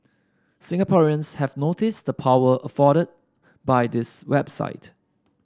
Singaporeans have noticed the power afforded by this website